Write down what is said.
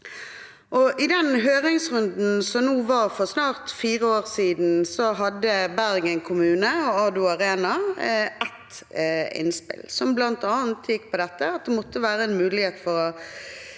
I den høringsrunden som var for snart fire år siden, hadde Bergen kommune og AdO arena ett innspill, som bl.a. gikk på at det måtte være en mulighet for å